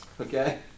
Okay